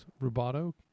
rubato